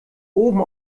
oben